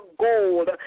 gold